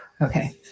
okay